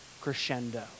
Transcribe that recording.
crescendo